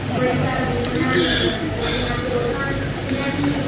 बड़ी ज्यादा वूमनां जेह्कियां औरतां न उ'नें बी